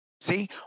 See